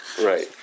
Right